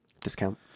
Discount